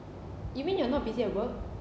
you mean you're not busy at work